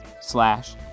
slash